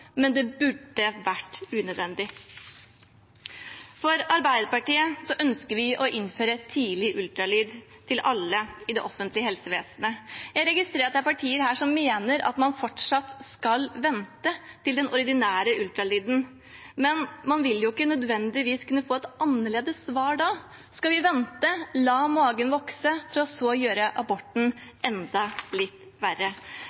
men det burde ha vært unødvendig. I Arbeiderpartiet ønsker vi å innføre tidlig ultralyd til alle i det offentlige helsevesenet. Jeg registrerer at det er partier som mener at man fortsatt skal vente til den ordinære ultralyden, men man vil ikke nødvendigvis kunne få et annerledes svar da. Skal vi vente, la magen vokse, for så å gjøre aborten enda litt verre?